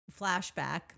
flashback